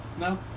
No